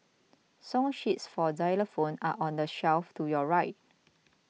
song sheets for xylophones are on the shelf to your right